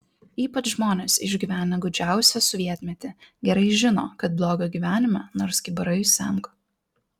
ypač žmonės išgyvenę gūdžiausią sovietmetį gerai žino kad blogio gyvenime nors kibirais semk